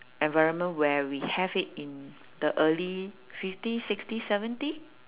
environment where we have it in the early fifty sixty seventy